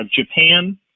Japan